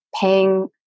paying